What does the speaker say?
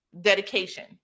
dedication